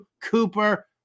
Cooper